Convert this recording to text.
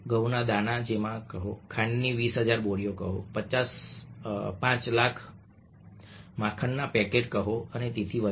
ઘઉંના દાણા કહો ખાંડની 20000 બોરીઓ કહો 500000 માખણના પેકેટ કહો અને તેથી વધુ